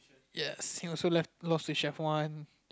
yes he also left lose to chef one